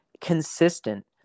consistent